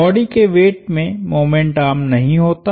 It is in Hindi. बॉडी के वेट में मोमेंट आर्म नहीं होता